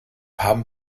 haben